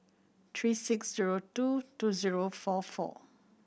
three six zero two two zero four four